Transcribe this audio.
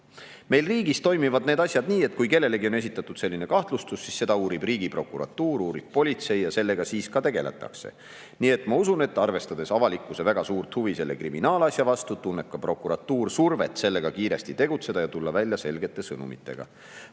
Meil riigis toimivad need asjad nii, et kui kellelegi on esitatud selline kahtlustus, siis seda uurib Riigiprokuratuur, uurib politsei ja sellega siis ka tegeletakse. Nii et ma usun, et arvestades avalikkuse väga suurt huvi selle kriminaalasja vastu, tunneb ka prokuratuur survet sellega kiiresti tegutseda ja tulla välja selgete sõnumitega.